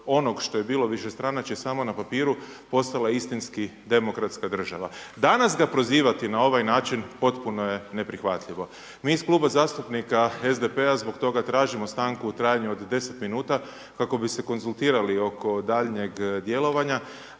onog što je bilo višestranačje samo na papiru postala istinski demokratska država. Danas ga prozivati na ovaj način potpuno je neprihvatljivo. Mi iz Kluba zastupnika SDP-a zbog toga tražimo stanku od 10 minuta kako bi se konzultirali oko daljnjeg djelovanja.